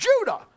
Judah